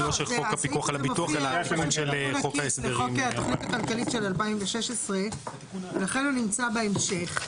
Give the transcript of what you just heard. זה תיקון עקיף לחוק התוכנית הכלכלית של 2016. לכן הוא נמצא בהמשך.